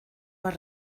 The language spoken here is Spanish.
más